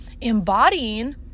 embodying